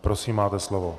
Prosím, máte slovo.